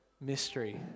mystery